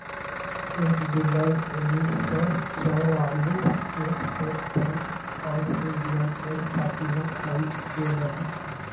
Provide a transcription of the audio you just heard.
एक जुलाई उन्नीस सौ चौआलिस के स्टेट बैंक आफ़ इंडिया के स्थापना कइल गेलय